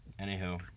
anywho